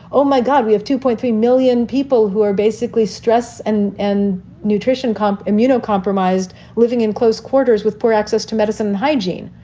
oh, my god. we have two point five million people who are basically stress and and nutrition comp. um you know compromised, living in close quarters with poor access to medicine and hygiene.